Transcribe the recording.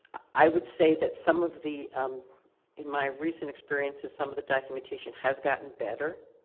i would say that some of the, um in my recent experiences, some of the documentation has gotten better,